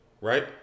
right